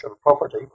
property